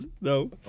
No